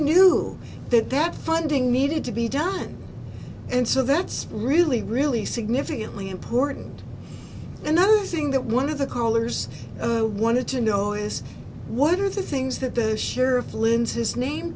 knew that that funding needed to be done and so that's really really significantly important another thing that one of the callers are wanted to know is what are the things that the